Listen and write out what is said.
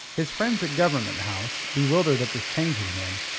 his friends at government house, bewildered at this change in him,